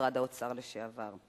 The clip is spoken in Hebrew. משרד האוצר לשעבר.